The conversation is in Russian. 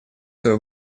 свое